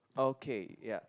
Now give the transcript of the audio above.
okay ya